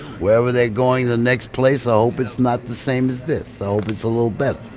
wherever they're going the next place. i hope it's not the same as this. i hope it's a little better,